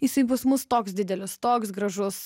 jisai pas mus toks didelis toks gražus